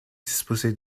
disposer